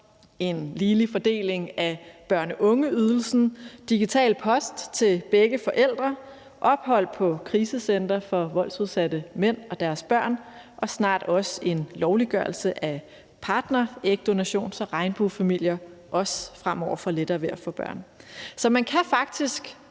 en ligelig fordeling af børne- og ungeydelsen; digital post til begge forældre; ophold på krisecentre for voldsudsatte mænd og deres børn; og snart også en lovliggørelse af partnerægdonation, så regnbuefamilier også fremover får lettere ved at få børn. Så man kan faktisk